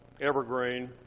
evergreen